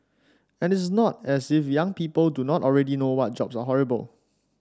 and it's not as if young people do not already know what jobs are horrible